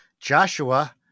Joshua